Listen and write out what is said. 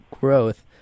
growth